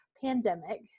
pandemic